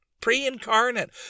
pre-incarnate